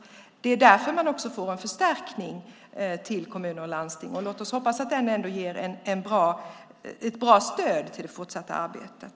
Just därför får kommuner och landsting en förstärkning. Låt oss hoppas att den blir ett bra stöd i det fortsatta arbetet!